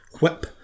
whip